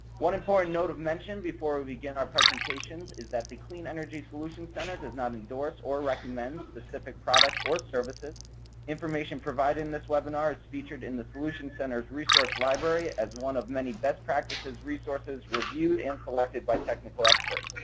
one important note of mention before we begin our presentation is that the clean energy solutions center does not endorse or recommend specific products or services. the information provided in this webinar is featured in the solutions center resource library as one of many best practices resources reviewed and collected by technical experts.